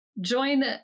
join